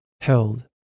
held